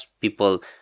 people